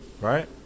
right